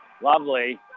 Lovely